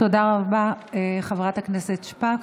תודה רבה, חברת הכנסת שפק.